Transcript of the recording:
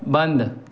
बंद